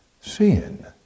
sin